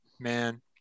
man